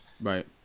Right